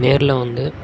நேரில் வந்து